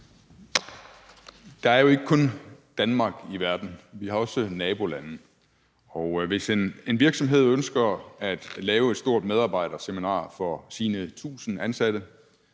Der jo ikke kun Danmark i verden. Vi har også nabolande, og hvis en virksomhed ønsker at lave et stort medarbejderseminar for sine 1.000 ansatte,